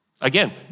Again